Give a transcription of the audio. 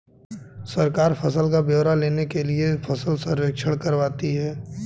सरकार फसल का ब्यौरा लेने के लिए फसल सर्वेक्षण करवाती है